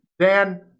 Dan